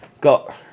Got